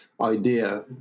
idea